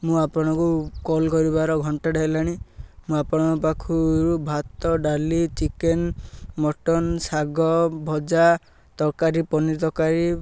ମୁଁ ଆପଣଙ୍କୁ କଲ୍ କରିବାର ଘଣ୍ଟାଟେ ହେଲାଣି ମୁଁ ଆପଣଙ୍କ ପାଖରୁ ଭାତ ଡାଲି ଚିକେନ ମଟନ ଶାଗ ଭଜା ତରକାରୀ ପନିର ତରକାରୀ